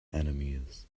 enemies